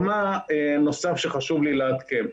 דבר נוסף שחשוב לי לעדכן: